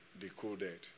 decoded